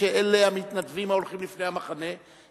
שאלה המתנדבים שהולכים לפני המחנה,